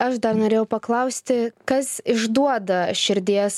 aš dar norėjau paklausti kas išduoda širdies